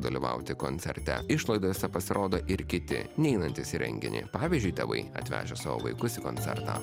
dalyvauti koncerte išlaidose pasirodo ir kiti neinantys į renginį pavyzdžiui tėvai atvežę savo vaikus į koncertą